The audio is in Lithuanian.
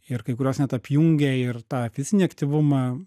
ir kai kurios net apjungia ir tą fizinį aktyvumą